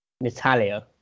Natalia